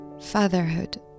Fatherhood